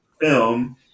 film